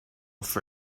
for